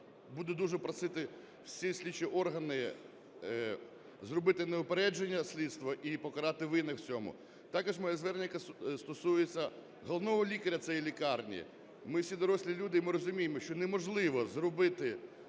буду дуже просити всі слідчі органи зробити неупереджене слідство і покарати винних в цьому. Також моє звернення стосується головного лікаря цієї лікарні. Ми всі дорослі люди, і ми розуміємо, що неможливо зробити